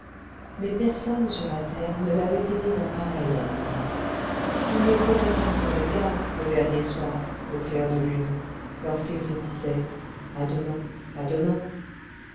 mais personne sur la terre ne l'avait aimée d'un pareil amour il ne pleurait pas comme edgar le dernier soir au clair de lune lorsqu'ils se disaient à demain à demain